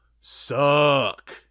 suck